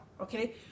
Okay